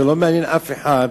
זה לא מעניין אף אחד,